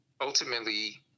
ultimately